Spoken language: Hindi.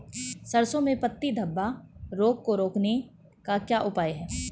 सरसों में पत्ती धब्बा रोग को रोकने का क्या उपाय है?